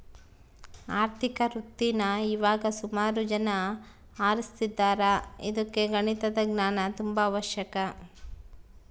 ಆರ್ಥಿಕ ವೃತ್ತೀನಾ ಇವಾಗ ಸುಮಾರು ಜನ ಆರಿಸ್ತದಾರ ಇದುಕ್ಕ ಗಣಿತದ ಜ್ಞಾನ ತುಂಬಾ ಅವಶ್ಯಕ